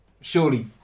surely